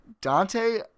dante